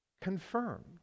confirmed